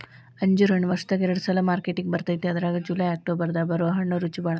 ಅಂಜೂರ ಹಣ್ಣು ವರ್ಷದಾಗ ಎರಡ ಸಲಾ ಮಾರ್ಕೆಟಿಗೆ ಬರ್ತೈತಿ ಅದ್ರಾಗ ಜುಲೈ ಅಕ್ಟೋಬರ್ ದಾಗ ಬರು ಹಣ್ಣು ರುಚಿಬಾಳ